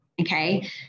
okay